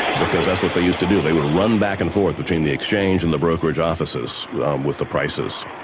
because that's what they used to do. they would run back and forth between the exchange and the brokerage offices um with the prices.